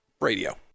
Radio